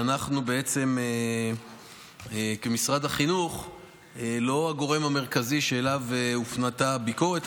אנחנו בעצם כמשרד החינוך לא הגורם המרכזי שאליו הופנתה הביקורת,